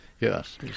Yes